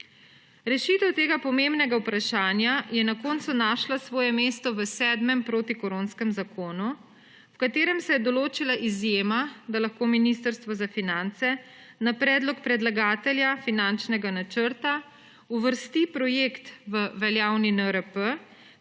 Rešitev tega pomembnega vprašanja je na koncu našla svoje mesto v sedmem protikoronskem zakonu, v katerem se je določila izjema, da lahko Ministrstvo za finance na predlog predlagatelja finančnega načrta uvrsti projekt v veljavni NRP,